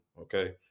Okay